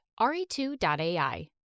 re2.ai